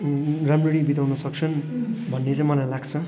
राम्ररी बिताउन सक्छन् भन्ने चाहिँ मलाई लाग्छ